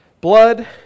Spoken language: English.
Blood